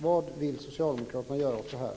Vad vill socialdemokraterna göra åt det här?